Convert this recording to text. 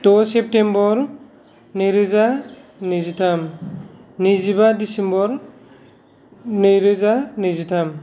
द' सेप्तेम्बर नैरोजा नैजिथाम नैजिबा डिसेम्बर नैरोजा नैजिथाम